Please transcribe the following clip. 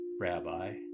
Rabbi